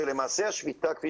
השביתה היא